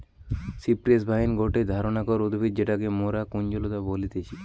cypress vine গটে ধরণকার উদ্ভিদ যেটাকে মরা কুঞ্জলতা বলতিছে